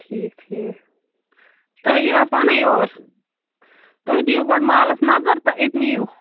ٹھیٖک ٹھیٖک تُہۍ ییٖوا پانَے یور تُہۍ دِیِو گۄڈٕ مالَس نظر تہٕ أتۍ نِیٖو